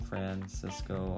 Francisco